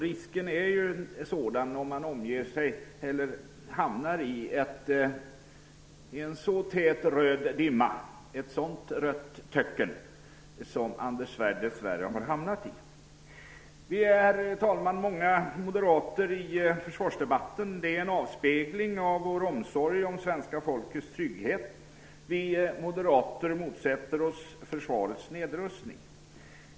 Det är ju risken om man hamnar i en så tät röd dimma och ett så rött töcken som Anders Svärd dessvärre har hamnat i. Vi är många moderater i försvarsdebatten. Det är en avspegling av vår omsorg om svenska folkets trygghet. Vi moderater motsätter oss försvarets nedrustning.